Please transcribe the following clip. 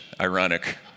ironic